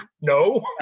no